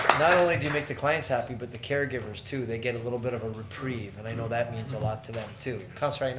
not only do you make the clients happy but the caregivers too. they get a little bit of a reprieve. and i know that means a lot to them too. councillor ioannoni. and